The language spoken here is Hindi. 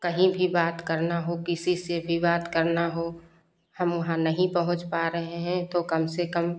कहीं भी बात करना हो किसी से भी बात करना हो हम वहाँ नहीं पहुँच पा रहे हैं तो कम से कम